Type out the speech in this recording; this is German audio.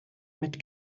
mit